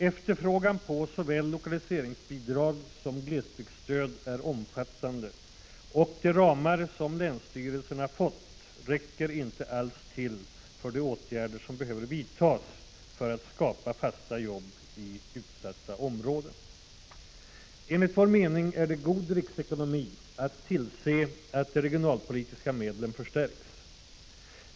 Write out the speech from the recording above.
Efterfrågan på såväl lokaliseringsbidrag som glesbygdsstöd är omfattande, och de ramar som länsstyrelserna fått räcker inte alls till för de åtgärder som behöver vidtas för att skapa fasta jobb i utsatta områden. Enligt vår mening är det god riksekonomi att tillse att de regionalpolitiska medlen förstärks.